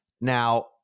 Now